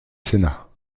sénat